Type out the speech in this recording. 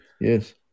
Yes